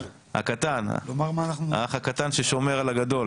הקטן האח הקטן ששומר על הגדול